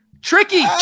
Tricky